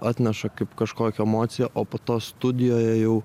atneša kaip kažkokią emociją o po to studijoje jau